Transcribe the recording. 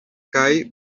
kaj